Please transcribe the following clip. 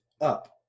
Up